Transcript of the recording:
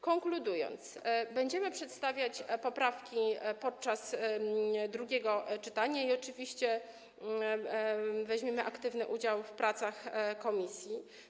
Konkludując, będziemy przedstawiać poprawki podczas drugiego czytania i oczywiście weźmiemy aktywny udział w pracach komisji.